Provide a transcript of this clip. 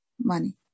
money